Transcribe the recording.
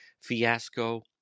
fiasco